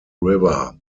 river